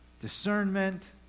discernment